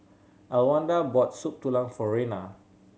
Elwanda bought Soup Tulang for Rena